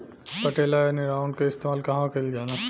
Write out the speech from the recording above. पटेला या निरावन का इस्तेमाल कहवा कइल जाला?